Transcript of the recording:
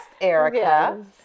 Erica